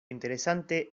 interesante